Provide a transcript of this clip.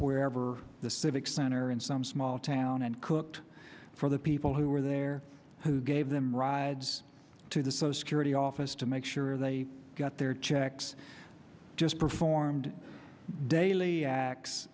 wherever the civic center in some small town and cooked for the people who were there who gave them rides to the so security office to make sure they got their checks just performed daily acts